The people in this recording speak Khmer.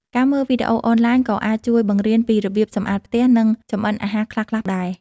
ការមើលវីដេអូអនឡាញក៏អាចជួយបង្រៀនពីរបៀបសម្អាតផ្ទះ និងចម្អិនអាហារខ្លះៗដែរ ។